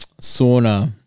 sauna